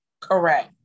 Correct